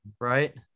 Right